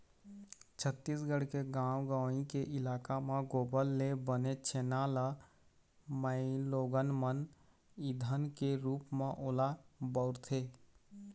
छत्तीसगढ़ के गाँव गंवई के इलाका म गोबर ले बने छेना ल माइलोगन मन ईधन के रुप म ओला बउरथे